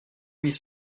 huit